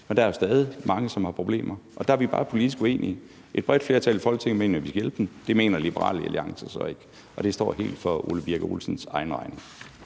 Men der er jo stadig mange, som har problemer, og der er vi bare politisk uenige. Et bredt flertal i Folketinget mener, at vi skal hjælpe dem, og det mener Liberal Alliance så ikke, og det står helt for hr. Ole Birk Olesens egen regning.